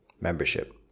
membership